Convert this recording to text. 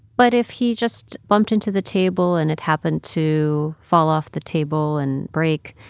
but if he just bumped into the table, and it happened to fall off the table and break,